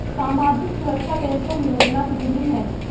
सामाजिक सुरक्षा पेंशन योजना कितनी हैं?